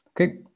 Okay